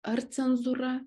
ar cenzūra